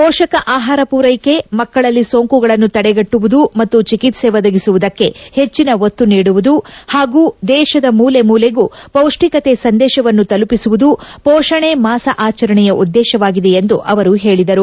ಮೋಷಕ ಆಹಾರ ಪೂರೈಕೆ ಮಕ್ಕಳಲ್ಲಿ ಸೋಂಕುಗಳನ್ನು ತಡೆಗಟ್ಟುವುದು ಮತ್ತು ಚಿಕಿತ್ಸೆ ಒದಗಿಸುವುದಕ್ಕೆ ಹೆಚ್ಚಿನ ಒತ್ತು ನೀಡುವುದು ಹಾಗೂ ದೇಶದ ಮೂಲೆ ಮೂಲೆಗೂ ಪೌಷ್ಷಿಕತೆ ಸಂದೇಶವನ್ನು ತಲುಪಿಸುವುದು ಮೋಷಣೆ ಮಾಸ ಆಚರಣೆಯ ಉದ್ಲೇಶವಾಗಿದೆ ಎಂದು ಅವರು ಹೇಳಿದರು